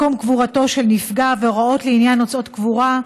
(מקום קבורתו של נפגע והוראות לעניין הוצאות קבורה),